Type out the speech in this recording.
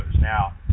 Now